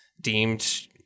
deemed